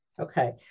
Okay